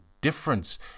difference